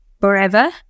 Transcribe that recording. forever